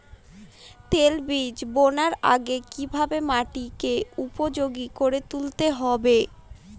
তৈলবীজ বোনার আগে কিভাবে মাটিকে উপযোগী করে তুলতে হবে?